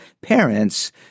parents